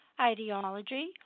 ideology